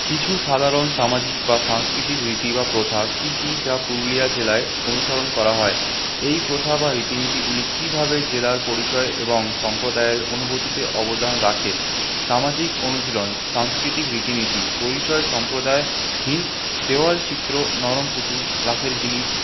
কিছু সাধারণ সামাজিক বা সাংস্কৃতিক রীতি বা প্রথা কী কী যা পুরুলিয়া জেলায় অনুসরণ করা হয় এই প্রথা বা রীতিনীতিগুলি কীভাবে জেলার পরিচয় এবং সম্প্রদায়ের অনুভূতিতে অবদান রাখে সামাজিক অনুশীলন সাংস্কৃতিক রীতিনীতি পরিচয় সম্প্রদায় দেওয়াল চিত্র নরম পুতুল লাখের জিনিস